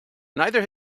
neither